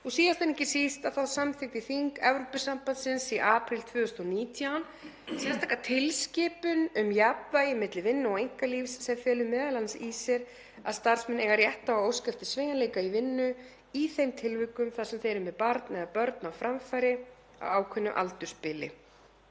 Síðast en ekki síst samþykkti þing Evrópusambandsins í apríl 2019 sérstaka tilskipun um jafnvægi milli vinnu og einkalífs sem felur m.a. í sér að starfsmenn eiga rétt á að óska eftir sveigjanleika í vinnu í þeim tilvikum þar sem þeir eru með barn eða börn á framfæri á ákveðnu aldursbili.